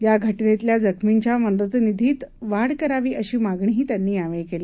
या घटनेतल्या जखमींच्या मदतनिधीत वाढ करावी अशी मागणीही त्यांनी यावेळी केली